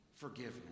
forgiveness